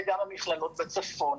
גם המכללות בצפון.